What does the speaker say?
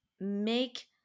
make